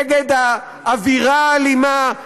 נגד האווירה האלימה,